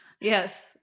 Yes